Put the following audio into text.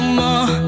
more